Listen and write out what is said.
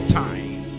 time